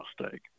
mistake